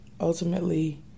ultimately